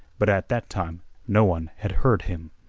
but at that time no one had heard him.